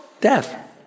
death